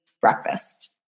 breakfast